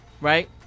right